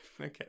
Okay